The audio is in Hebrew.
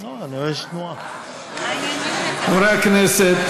יש תנועה, חברי הכנסת.